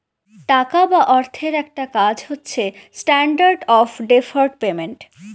টাকা বা অর্থের একটা কাজ হচ্ছে স্ট্যান্ডার্ড অফ ডেফার্ড পেমেন্ট